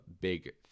big